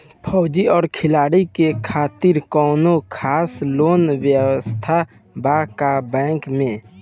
फौजी और खिलाड़ी के खातिर कौनो खास लोन व्यवस्था बा का बैंक में?